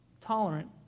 tolerant